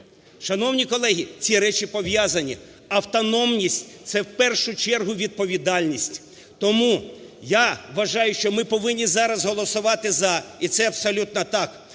Шановні колеги! Ці речі пов'язані. Автономність – це, в першу чергу, відповідальність. Тому я вважаю, що ми повинні зараз голосувати "за", і це абсолютно так.